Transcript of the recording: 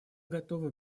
готовы